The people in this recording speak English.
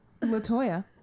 Latoya